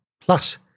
Plus